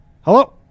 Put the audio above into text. Hello